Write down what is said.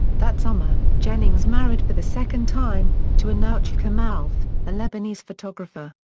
that summer, jennings married for the second time, to anouchka malouf, a lebanese photographer.